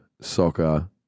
soccer